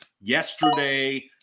yesterday